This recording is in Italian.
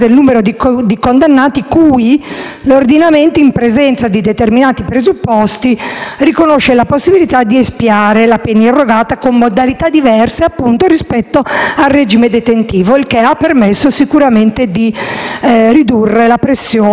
l'ordinamento, in presenza di determinati presupposti, riconosce la possibilità di espiare la pena irrogata con modalità diverse rispetto al regime detentivo, il che ha permesso sicuramente di ridurre la pressione e il sovraffollamento carcerario.